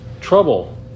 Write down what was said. trouble